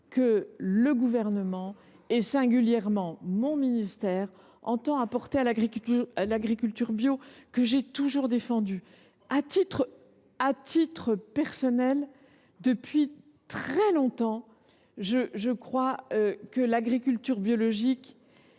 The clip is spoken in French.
que le Gouvernement, et singulièrement mon ministère, entend apporter à l’agriculture biologique, que j’ai toujours défendue à titre personnel, et cela depuis très longtemps. Je crois que l’agriculture biologique